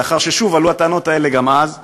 לאחר ששוב עלו הטענות האלה גם אז בלונדון.